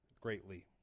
greatly